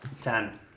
Ten